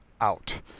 out